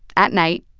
at night,